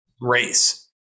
race